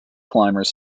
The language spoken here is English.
climbers